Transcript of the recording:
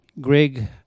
Greg